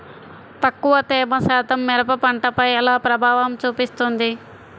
తక్కువ తేమ శాతం మిరప పంటపై ఎలా ప్రభావం చూపిస్తుంది?